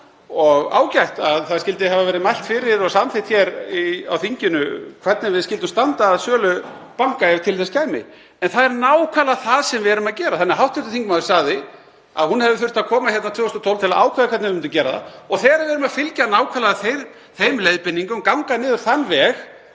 er ágætt að það skyldi hafa verið mælt fyrir því máli og samþykkt hér á þinginu hvernig við skyldum standa að sölu banka ef til þess kæmi. En það er nákvæmlega það sem við erum að gera. Hv. þingmaður sagði að hún hefði þurft að koma hérna 2012 til að ákveða hvernig við myndum gera það og þegar við erum að fylgja nákvæmlega þeim leiðbeiningum, ganga niður þann veg,